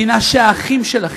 מדינה שהאחים שלכם,